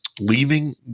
leaving